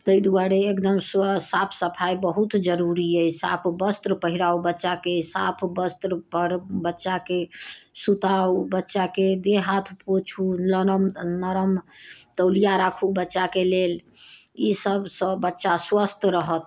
तै दुआरे एकदम सुअ साफ सफाइ बहुत जरूरी अइ साफ वस्त्र पहिराउ बच्चाके साफ वस्त्रपर बच्चाके सुताउ बच्चाके देह हाथ पोछू लरम नरम तौलिया राखू बच्चाके लेल ई सभसँ बच्चा स्वस्थ रहत